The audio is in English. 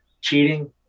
cheating